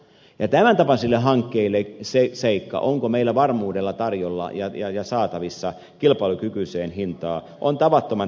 ja tämäntapaisille hankkeille se seikka onko meillä varmuudella tarjolla ja saatavissa sähköä kilpailukykyiseen hintaan on tavattoman tärkeä asia